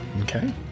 Okay